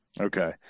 Okay